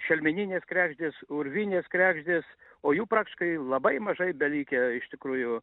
šelmeninės kregždės urvinės kregždės o jų praktiškai labai mažai belikę iš tikrųjų